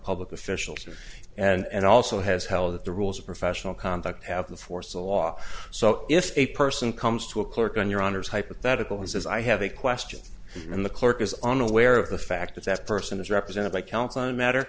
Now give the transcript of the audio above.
public officials and also has held that the rules of professional conduct have the force of law so if a person comes to a clerk on your honor's hypothetical and says i have a question and the clerk is unaware of the fact that that person is represented by counsel on a matter